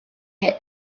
had